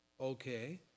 Okay